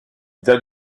date